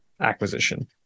acquisition